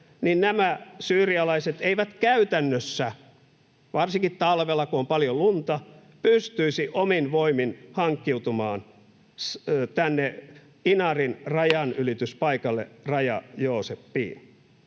Suomen rajaa — eivät käytännössä, varsinkaan talvella, kun on paljon lunta, pystyisi omin voimin hankkiutumaan sinne Inarin rajanylityspaikalle [Puhemies